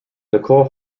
nicole